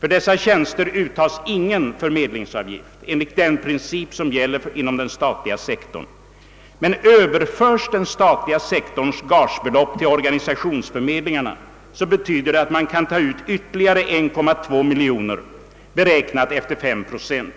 För dessa tjänster uttas ingen förmedlingsavgift enligt den princip som gäller inom den statliga sektorn. Men överförs den statliga sektorns gagebelopp till organisationsförmedlingarna betyder det att man kan:ta ut ytterligare 1,2 miljon, beräknat efter 9 procent.